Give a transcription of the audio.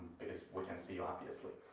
because we can see obviously.